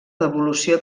devolució